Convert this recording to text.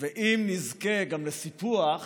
ואם נזכה גם לסיפוח,